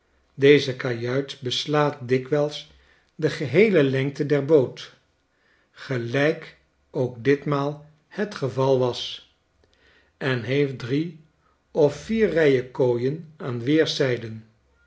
deze kajuit beslaat dikwijls de geheele lengte der boot gelijk ook ditmaal het geval was en heeft drie of vier rijen kooien aan weerszijden